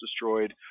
destroyed